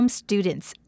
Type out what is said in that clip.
students